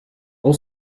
all